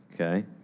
Okay